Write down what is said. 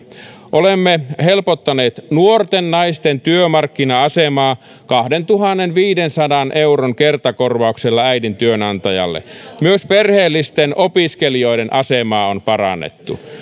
olemme helpottaneet nuorten naisten työmarkkina asemaa kahdentuhannenviidensadan euron kertakorvauksella äidin työnantajalle myös perheellisten opiskelijoiden asemaa on parannettu